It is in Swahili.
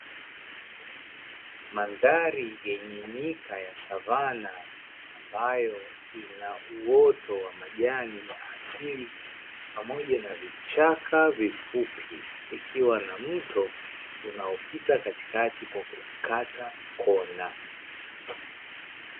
Mandhari yenye nyika ya savana, ambayo ina uoto wa majani ya asili, pamoja na vichaka vifupi; ikiwa na mto unaopita katikati kwa kukata kona.